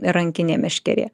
rankinė meškerė